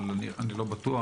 אני לא בטוח